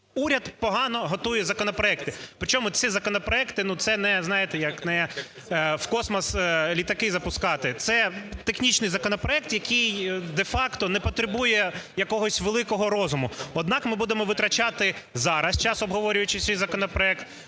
Уряд погано готує законопроекти, при чому ці законопроекти, знаєте, не як в космос літаки запускати – це технічний законопроект, який де-факто не потребує якогось великого розуму. Однак ми будемо витрачати час зараз, обговорюючи цей законопроект,